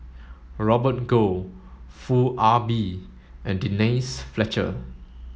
Robert Goh Foo Ah Bee and Denise Fletcher